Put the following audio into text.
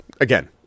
again